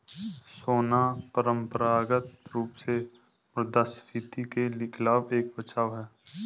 सोना परंपरागत रूप से मुद्रास्फीति के खिलाफ एक बचाव है